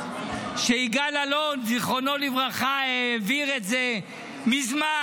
שיגאל אלון זיכרונו לברכה העביר את זה מזמן,